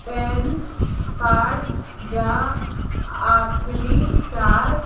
pan card जा आखिरी चारि